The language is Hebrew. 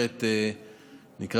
אנחנו נותנים